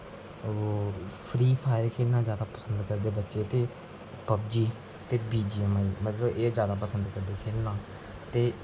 ओह् Free Fire खेढना जैदा पंसद करदे बच्चे ते पब्जी ते बीजीएमआई मतलब एह् जैदा पसंद करदे खेढना ते